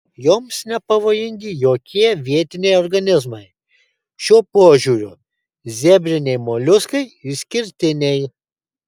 joms nepavojingi jokie vietiniai organizmai šiuo požiūriu zebriniai moliuskai išskirtiniai